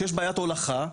כשיש בעיית הולכה,